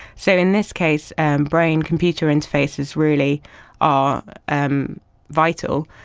so in this case, and brain-computer interfaces really are um vital.